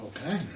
Okay